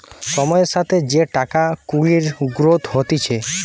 সময়ের সাথে যে টাকা কুড়ির গ্রোথ হতিছে